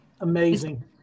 Amazing